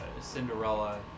Cinderella